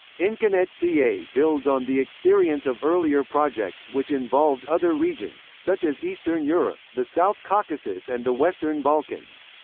inconet ca builds on the experience of earlier projects which involved other regions, such as eastern europe, the south caucasus and the western balkans.